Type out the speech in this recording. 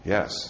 Yes